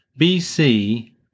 BC